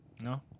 No